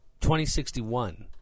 2061